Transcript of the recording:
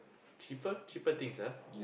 cheaper cheaper things ah